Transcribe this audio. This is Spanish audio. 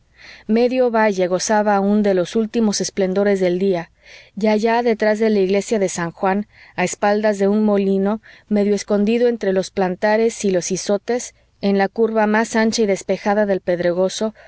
medio valle gozaba aún de los últimos esplendores del día y allá detrás de la iglesia de san juan a espaldas de un molino medio escondido entre los platanares y los izotes en la curva más ancha y despejada del pedregoso